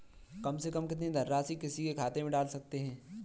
कम से कम कितनी धनराशि किसी के खाते में डाल सकते हैं?